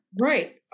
Right